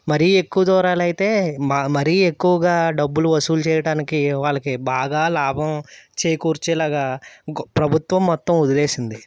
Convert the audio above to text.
మరీ ఎక్కువ దూరాలు అయితే మ మరీ ఎక్కువగా డబ్బులు వసూలు చేయడానికి వాళ్ళకి బాగా లాభం చేకూర్చేలాగా గొ ప్రభుత్వం మొత్తం వదిలేసింది